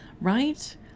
right